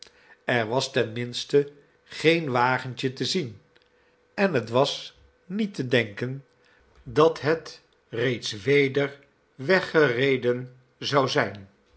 er was ten mi'nste geen wagentje te zien en het was niet te denken dat het reeds weder weggereden zou zijn